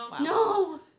No